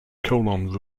colon